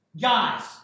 Guys